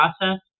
process